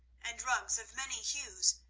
and rugs of many hues,